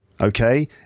Okay